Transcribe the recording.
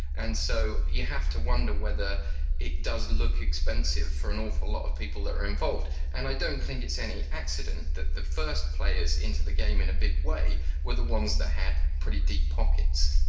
and so you have to wonder whether it does look expensive for an awful lot of people that are involved. and i don't think it's any accident that the first players into the game in a big way were the ones that had pretty deep pockets.